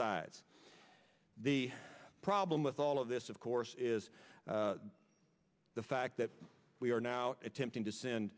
sides the problem with all of this of course is the fact that we are now attempting to send